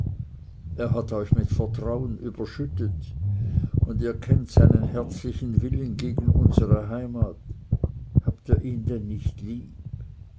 er hat euch mit vertrauen überschüttet und ihr kennt seinen herzlichen willen gegen unsre heimat habt ihr ihn denn nicht lieb